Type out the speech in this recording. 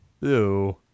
Ew